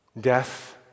death